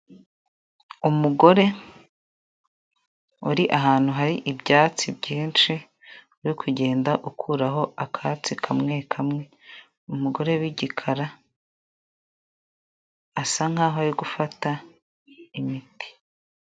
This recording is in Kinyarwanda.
Umugore uri ahantu hari ibyatsi byinshi uri kugenda ukuraho akatsi kamwe kamwe, umugore w'igikara asa nkaho ari gufata imiti.